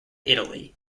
italy